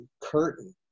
curtain